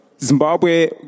Zimbabwe